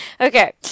okay